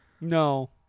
No